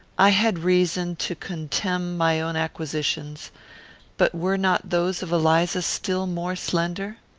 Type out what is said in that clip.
i had reason to contemn my own acquisitions but were not those of eliza still more slender?